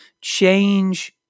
change